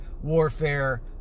warfare